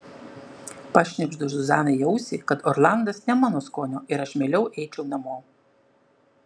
pašnibždu zuzanai į ausį kad orlandas ne mano skonio ir aš mieliau eičiau namo